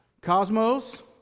Cosmos